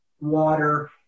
water